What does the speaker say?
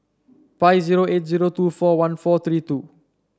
five zero eight zero two four one four three two